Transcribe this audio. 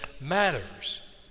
matters